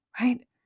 right